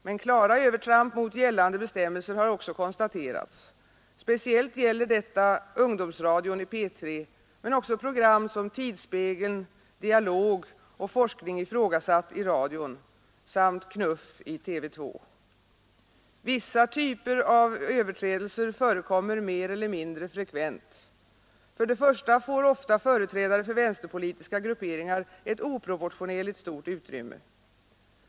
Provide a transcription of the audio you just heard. Men klara övertramp mot gällande bestämmelser har också konstaterats. Speciellt gäller detta ungdomsradion i P 3 men också radioprogram såsom Tidsspegeln, Dialog och Forskning ifrågasatt samt Knuff i TV 2. Vissa typer av överträdelser förekommer mer eller mindre frekvent: För det första får ofta företrädare för vänsterpolitiska grupperingar ett oproportionerligt stort utrymme.